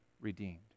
redeemed